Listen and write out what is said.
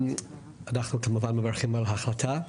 אנחנו כמובן מברכים על ההחלטה.